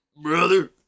Brother